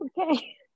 Okay